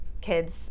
kids